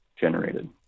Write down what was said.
generated